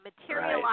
materialize